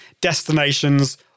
destinations